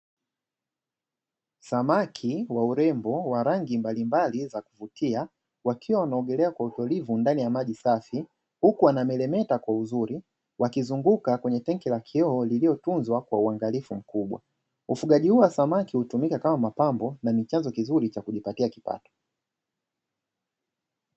Samaki wa urembo wa rangi mbalimbali za kuvutia, wakiwa wanaogelea kwa utulivu ndani ya maji safi huku wanameremeta kwa uzuri, wakizunguka kwenye tanki ya kioo lililotunzwa kwa uangalifu mkubwa. Ufugaji huu wa samaki hutumika kama mapambo na ni chanzo kizuri cha kujipatia kipato.